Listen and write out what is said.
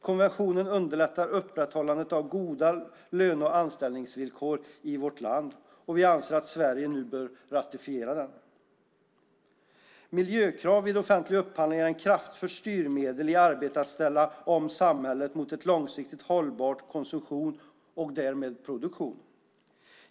Konventionen underlättar upprätthållandet av goda löne och anställningsvillkor i vårt land, och vi anser att Sverige nu bör ratificera den. Miljökrav vid offentlig upphandling är ett kraftfullt styrmedel i arbetet att ställa om samhället mot en långsiktigt hållbar konsumtion och därmed produktion.